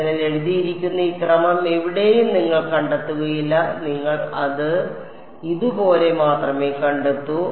അതിനാൽ എഴുതിയിരിക്കുന്ന ഈ ക്രമം എവിടെയും നിങ്ങൾ കണ്ടെത്തുകയില്ല നിങ്ങൾ അത് ഇതുപോലെ മാത്രമേ കണ്ടെത്തൂ